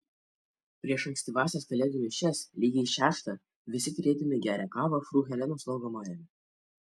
prieš ankstyvąsias kalėdų mišias lygiai šeštą visi tylėdami geria kavą fru helenos valgomajame